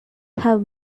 have